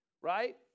Right